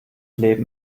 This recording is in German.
leben